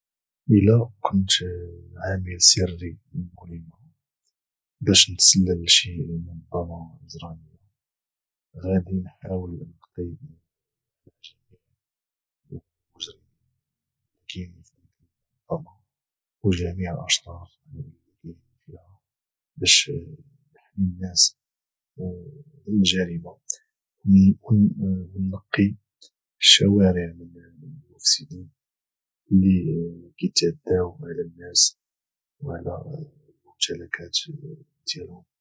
الى كنت عامل سري بمهمة باش نتسلل لشي منظمة اجرامية غادي نحاول نقضي على جميع المجرمين اللي كاينين فديك المنظمة او جميع الأشرار اللي كاينين فيها باش نحمي الناس من الجريمة ونقي الشوارع من المفسدين اللي كيتعداو على الناس وعلى الممتلكات ديالهم